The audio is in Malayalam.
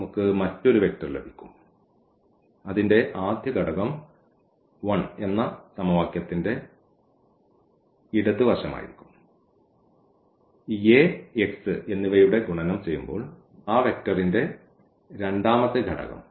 നമുക്ക് മറ്റൊരു വെക്റ്റർ ലഭിക്കും അതിന്റെ ആദ്യ ഘടകം 1 എന്ന സമവാക്യത്തിന്റെ ഇടത് വശമായിരിക്കും ഈ A x എന്നിവയുടെ ഗുണനം ചെയ്യുമ്പോൾ ആ വെക്റ്ററിന്റെ രണ്ടാമത്തെ ഘടകം